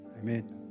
Amen